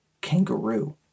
kangaroo